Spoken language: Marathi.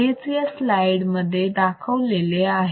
हेच या स्लाईड मध्ये दाखवलेले आहे